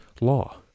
law